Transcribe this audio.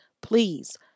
Please